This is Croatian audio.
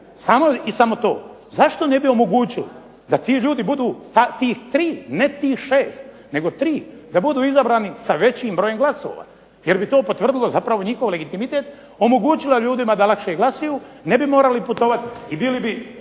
nakana samo to zašto ne bi omogućili da ti ljudi budu pa i tih tri, ne tih 6, nego tri da budu izabrani sa većim brojem glasova, jer bi to potvrdilo njihov legitimitet, omogućilo ljudima da lakše glasuju, ne bi morali putovati i bili bi